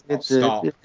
Stop